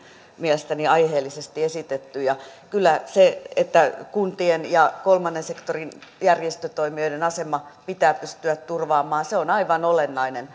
mielestäni aiheellisesti esitetty kyllä se että kuntien ja kolmannen sektorin järjestötoimijoiden asema pitää pystyä turvaamaan on aivan olennainen